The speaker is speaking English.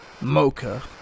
mocha